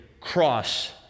cross